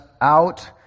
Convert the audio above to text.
out